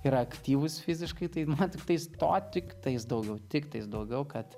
yra aktyvūs fiziškai tai man tiktais to tiktais daugiau tiktais daugiau kad